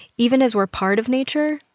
even as we're part of nature,